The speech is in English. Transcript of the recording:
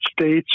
States